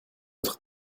votre